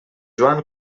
joan